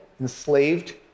enslaved